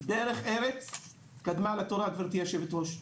דרך ארץ קדמה לתורה, גברתי היושבת ראש.